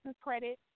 credit